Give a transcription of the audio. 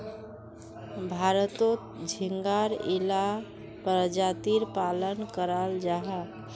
भारतोत झिंगार इला परजातीर पालन कराल जाहा